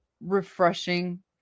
refreshing